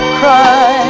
cry